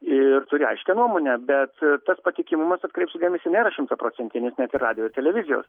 ir turi aiškią nuomonę bet tas patikimumas atkreipsiu dėmesį nėra šimtaprocentinis net ir radijo ir televizijos